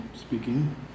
speaking